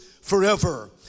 forever